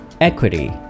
equity